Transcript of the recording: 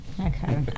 Okay